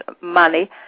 money